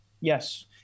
Yes